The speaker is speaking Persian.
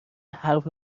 حرف